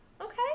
Okay